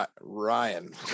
Ryan